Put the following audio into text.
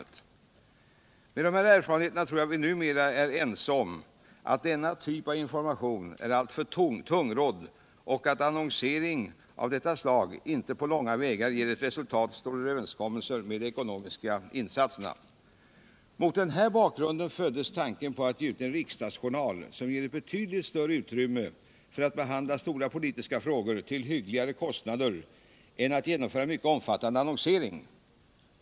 Med ledning av dessa erfarenheter tror jag att vi numera är ense om att denna typ av information är alltför tungrodd och att annonsering av detta slag inte på långa vägar ger ett resultat som står i överensstämmelse med de ekonomiska insatserna. Mot den bakgrunden föddes tanken på att ge ut en riksdagsjournal som ger ett betydligt större utrymme för att behandla stora politiska frågor till hyggligare kostnader än metoden att genomföra en mycket omfattande annonsering.